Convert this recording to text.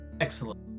Excellent